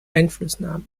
einflussnahme